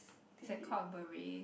is it called a beret